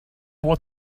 what